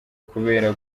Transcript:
kubera